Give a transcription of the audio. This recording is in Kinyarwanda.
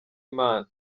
imana